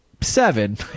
Seven